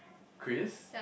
Chris